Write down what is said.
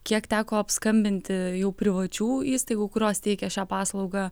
kiek teko apskambinti jau privačių įstaigų kurios teikia šią paslaugą